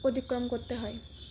অতিক্রম করতে হয়